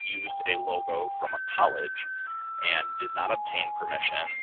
used a logo from a college and did not obtain permission.